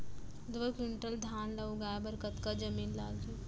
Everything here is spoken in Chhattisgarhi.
दो क्विंटल धान ला उगाए बर कतका जमीन लागही?